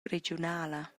regiunala